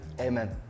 Amen